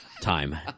time